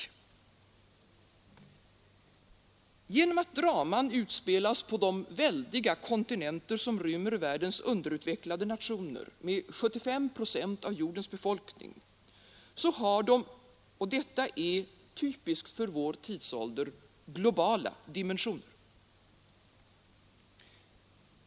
Genom att dramat utspelas på de väldiga kontinenter som rymmer världens underutvecklade nationer med 75 procent av jordens befolkning har det — detta är typiskt för vår tidsålder — globala dimensioner.